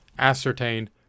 ascertain